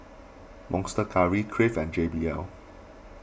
Monster Curry Crave and J B L